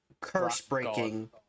curse-breaking